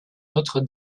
notre